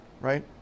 right